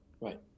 Right